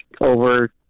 over